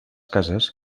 cases